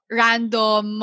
random